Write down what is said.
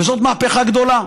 וזאת מהפכה גדולה.